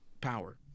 power